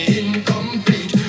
incomplete